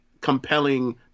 compelling